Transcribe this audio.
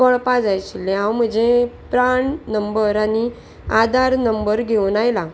कळपा जाय आशिल्लें हांव म्हजे प्राण नंबर आनी आदार नंबर घेवन आयलां